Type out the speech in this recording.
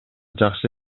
жакшы